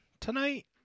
tonight